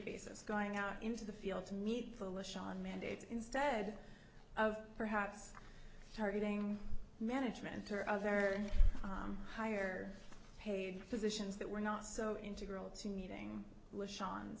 basis going out into the field to meet bullish on mandates instead of perhaps targeting management or other higher paid positions that were not so integral to meeting with sean